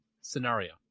scenario